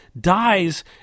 dies